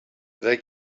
they